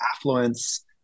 affluence